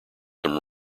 some